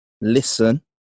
listen